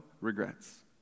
regrets